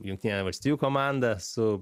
jungtinių valstijų komanda su